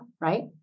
right